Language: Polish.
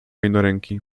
jednoręki